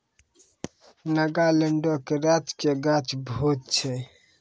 नागालैंडो के राजकीय गाछ भोज छै